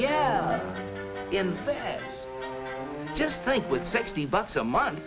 can just think with sixty bucks a month